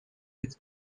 with